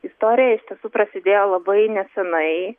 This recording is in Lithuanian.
istorija iš tiesų prasidėjo labai nesenai